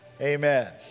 Amen